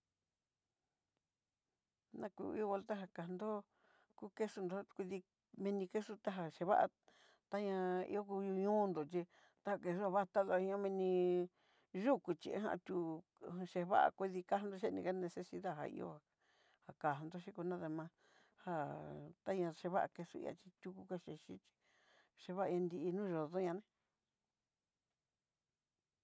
Na kú iin vuelta kandó kú queso nró kudí mini queso ta já xheva'a tá ñá ihó kono ñondó xhí tá nró chí tanró vatakeño miní yukú xhí ján tihú, koxhiva'a kudikándo ché ke necesidad, já ihó já kandó xhiko nadama já taña xhi va'a quesilla xhitú'u, kaxí xhí'i chevá'a indy nóyodo tuñaná.